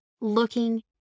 looking